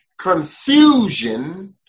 confusion